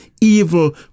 evil